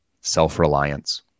self-reliance